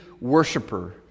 worshiper